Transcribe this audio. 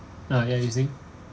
ah ya you saying